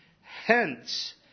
Hence